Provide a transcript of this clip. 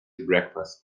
breakfast